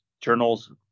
journals